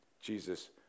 jesus